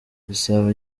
bisaba